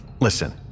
listen